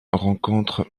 rencontre